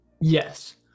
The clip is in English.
Yes